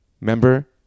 Remember